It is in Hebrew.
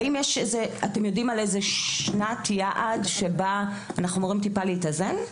האם אתם יודעים על איזה שנת יעד שבה אנחנו אמורים קצת להתאזן?